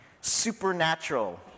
supernatural